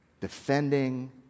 defending